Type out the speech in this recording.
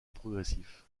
progressif